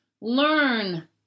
learn